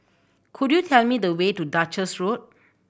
could you tell me the way to Duchess Road